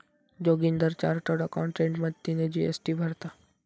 Joginder chartered accountant मदतीने GST भरता